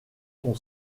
son